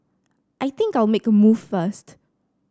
I think I'll make a move first